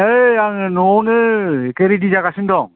ओइ आं न'आवनो एखे रेडि जागासिनो दं